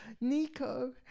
nico